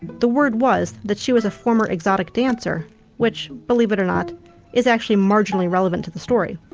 the word was that she was former exotic dancer which believe it or not is actually marginally relevant to the story.